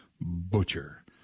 butcher